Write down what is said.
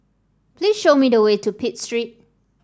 please show me the way to Pitt Street